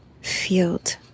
field